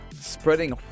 Spreading